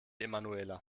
emanuela